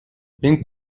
ben